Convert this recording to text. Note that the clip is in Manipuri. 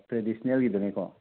ꯇ꯭ꯔꯦꯗꯤꯁꯟꯅꯦꯜꯒꯤꯗꯨꯅꯦꯀꯣ